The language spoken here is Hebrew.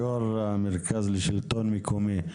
יושב ראש מרכז השלטון המקומי.